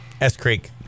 S-Creek